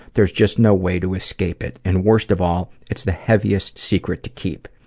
there's just no way to escape it and, worst of all, it's the heaviest secret to keep.